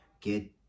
get